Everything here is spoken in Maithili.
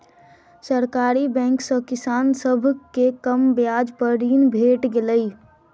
सरकारी बैंक सॅ किसान सभ के कम ब्याज पर ऋण भेट गेलै